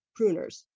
pruners